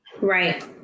Right